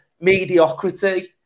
mediocrity